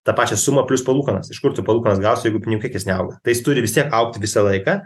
tą pačią sumą plius palūkanas iš kur tu palkūkanas gausi jeigu pinigų kiekis neauga tai jis turi augti visą laiką